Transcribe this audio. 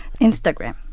Instagram